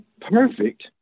perfect